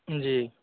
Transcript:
जी